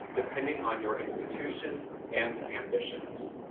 depending on your institution and ambitions.